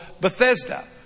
Bethesda